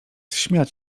śmiać